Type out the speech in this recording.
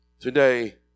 today